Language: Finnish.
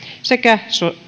sekä